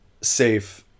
safe